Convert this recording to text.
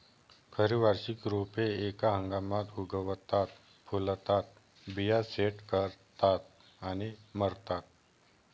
खरी वार्षिक रोपे एका हंगामात उगवतात, फुलतात, बिया सेट करतात आणि मरतात